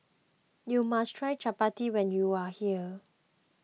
you must try Chappati when you are here